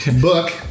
book